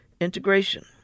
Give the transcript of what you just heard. integration